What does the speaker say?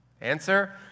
answer